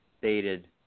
stated